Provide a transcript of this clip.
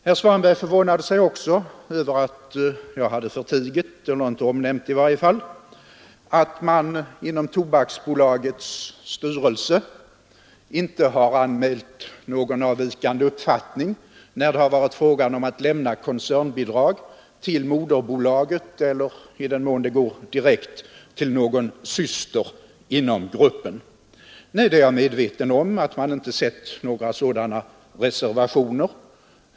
Herr Svanberg förvånade sig också över att jag hade förtigit — eller i varje fall inte omnämnt — att man inom Tobaksbolagets styrelse inte har anmält någon avvikande uppfattning när det har varit fråga om att lämna koncernbidrag till moderbolaget eller möjligen direkt till någon syster inom gruppen. Nej, jag är medveten om att man inte sett några sådana reservationer.